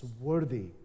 worthy